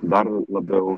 dar labiau